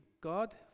God